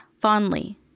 fondly